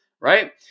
right